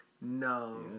No